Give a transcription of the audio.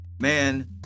Man